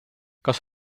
kas